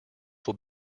will